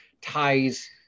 ties